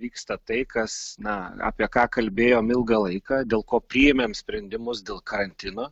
vyksta tai kas na apie ką kalbėjom ilgą laiką dėl ko priėmėm sprendimus dėl karantino